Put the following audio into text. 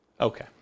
Okay